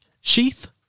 sheath